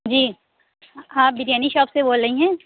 جی آپ بریانی شاپ سے بول رہی ہیں